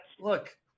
look